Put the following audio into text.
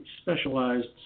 specialized